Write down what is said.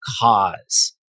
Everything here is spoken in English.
cause